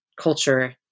culture